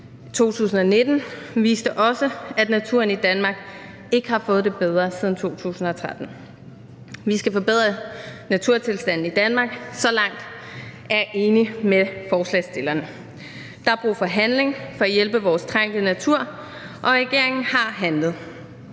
2019 viste også, at naturen i Danmark ikke har fået det bedre siden 2013. Vi skal forbedre naturtilstanden i Danmark – så langt er jeg enig med forslagsstillerne. Der er brug for handling for at hjælpe vores trængte natur, og regeringen har handlet.